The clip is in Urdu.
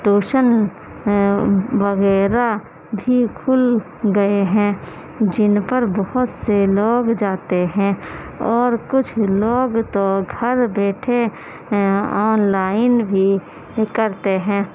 ٹیوشن وغیرہ بھی کُھل گئے ہیں جن پر بہت سے لوگ جاتے ہیں اور کچھ لوگ تو گھر بیٹھے آن لائن بھی کرتے ہیں